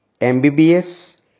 MBBS